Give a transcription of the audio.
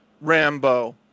Rambo